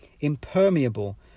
impermeable